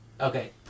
okay